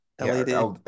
LED